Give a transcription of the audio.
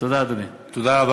עם מע"מ